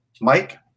Mike